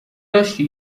داشتی